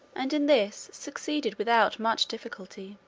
and in this succeeded without much difficulty.